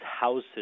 houses